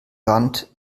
wand